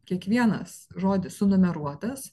kiekvienas žodis sunumeruotas